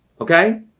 Okay